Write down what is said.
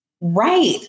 Right